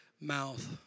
mouth